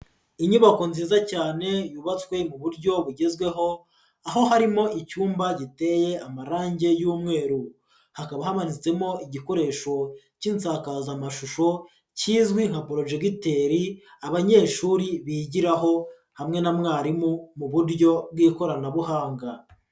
Inyubako nziza cyane yubatswe mu buryo bugezweho, aho harimo icyumba giteye amarangi y'umweru, hakaba hamanitsemo igikoresho cy'insakazamashusho kizwi nka porojegiteri abanyeshuri bigiraho hamwe na mwarimu mu buryo bw'ikoranabuhanga.